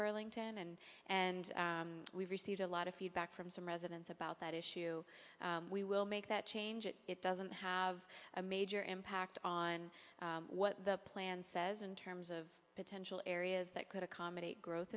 burlington and and we've received a lot of feedback from some residents about that issue we will make that change and it doesn't have a major impact on what the plan says in terms of potential areas that could accommodate growth